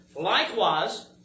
Likewise